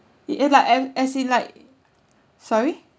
ya like as in like sorry